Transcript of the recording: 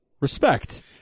respect